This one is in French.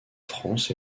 france